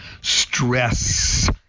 Stress